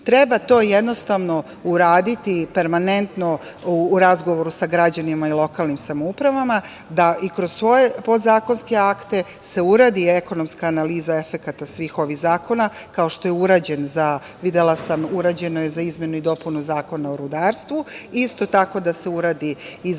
treba to jednostavno uraditi permanentno, u razgovorima sa građanima i lokalnim samoupravama, da i kroz svoje podzakonske akte se uradi ekonomska analiza efekata svih ovih zakona, kao što je urađeno za izmenu i dopunu Zakona o rudarstvu. Isto tako, da se uradi i za ova